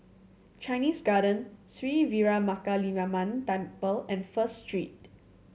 Chinese Garden Sri Veeramakaliamman Temple and First Street